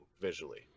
visually